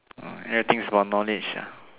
mm everything is about knowledge ah